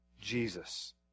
Jesus